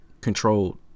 controlled